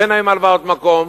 שאין היום הלוואות מקום,